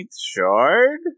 shard